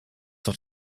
doch